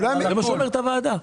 זה מה שאומרת הוועדה.